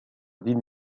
ville